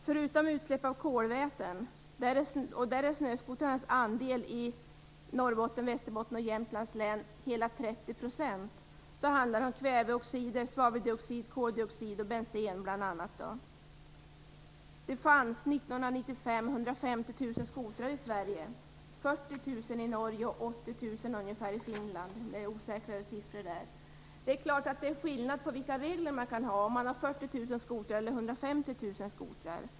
Förutom utsläpp av kolväten - och här är snöskotrarnas andel i Norrbottens, Västerbottens och Jämtlands län hela 30 %- handlar det bl.a. om kväveoxider, svaveldioxid, koldioxid och bensen. 40 000 i Norge och ca 80 000 i Finland - där är siffrorna osäkrare. Det är klart att det är skillnad på vilka regler man kan ha om man har 40 000 eller 150 000 skotrar.